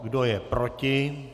Kdo je proti?